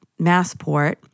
Massport